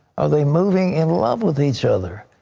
are they moving in lover with each other?